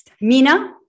Mina